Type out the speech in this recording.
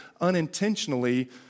unintentionally